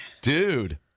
Dude